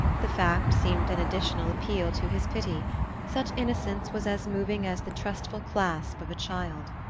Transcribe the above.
the fact seemed an additional appeal to his pity such innocence was as moving as the trustful clasp of a child.